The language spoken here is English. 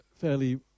fairly